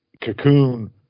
cocoon